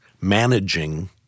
managing